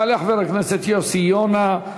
יעלה חבר הכנסת יוסי יונה,